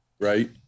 right